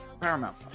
Paramount